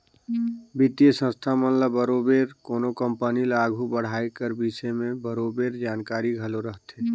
बित्तीय संस्था मन ल बरोबेर कोनो कंपनी ल आघु बढ़ाए कर बिसे में बरोबेर जानकारी घलो रहथे